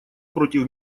против